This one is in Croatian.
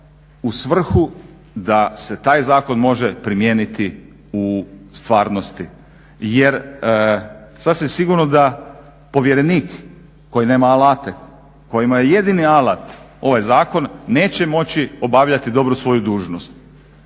u svrhu da se taj zakon može primijeniti u stvarnosti. Jer sasvim sigurno da povjerenik koji nema alate, kojima je jedini alat ovaj zakon neće moći obavljati dobro svoju dužnost.